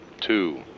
two